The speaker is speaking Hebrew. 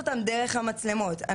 הן ישר ככה,